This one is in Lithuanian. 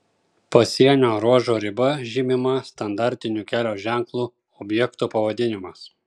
pasienio ruožo riba žymima standartiniu kelio ženklu objekto pavadinimas